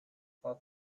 let